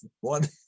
one